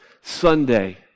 Sunday